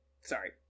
Sorry